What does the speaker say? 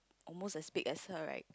almost the speed as her right